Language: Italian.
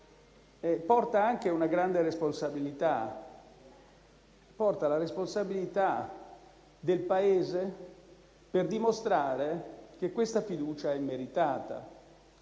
porta anche a una grande responsabilità. Porta la responsabilità del Paese a dimostrare che questa fiducia è meritata.